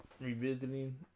revisiting